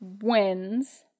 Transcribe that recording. wins